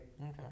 Okay